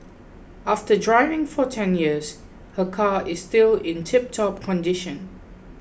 after driving for ten years her car is still in tiptop condition